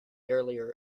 earlier